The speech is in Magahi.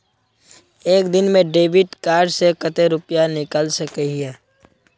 एक दिन में डेबिट कार्ड से कते रुपया निकल सके हिये?